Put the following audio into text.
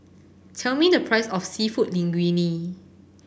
tell me the price of Seafood Linguine